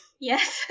Yes